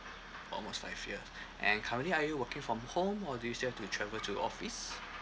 oh it's five years and currently are you working from home or do you still have to travel to your office